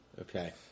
Okay